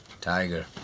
Tiger